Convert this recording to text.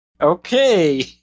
Okay